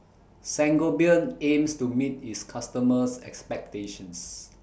Sangobion aims to meet its customers' expectations